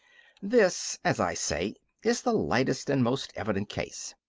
this, as i say, is the lightest and most evident case.